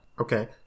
okay